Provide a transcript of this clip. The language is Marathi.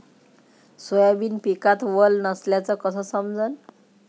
सोयाबीन पिकात वल नसल्याचं कस समजन?